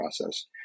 process